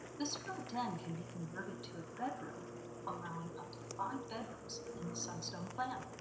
this front den can be converted to a bedroom allowing up to five bedrooms in the sunstone plan.